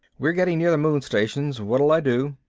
we're getting near the moon stations. what'll i do?